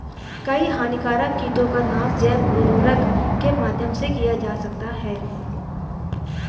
कई हानिकारक कीटों का नाश जैव उर्वरक के माध्यम से किया जा सकता है